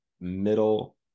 middle